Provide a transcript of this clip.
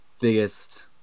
biggest